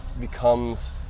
becomes